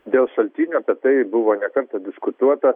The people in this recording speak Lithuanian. dėl šaltinių apie tai buvo ne kartą diskutuota